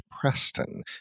Preston